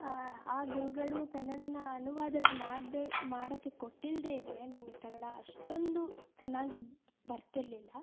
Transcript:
ಆ ಗುರುಗಳು ಕನ್ನಡ ಅನುವಾದ ಮಾಡದೇ ಮಾಡೋಕ್ಕೆ ಕೊಟ್ಟಿಲ್ಲದೇ ಇದ್ದರೆ ನನಗೆ ಕನ್ನಡ ಅಷ್ಟೊಂದು ಚೆನ್ನಾಗಿ ಬರ್ತಿರಲಿಲ್ಲ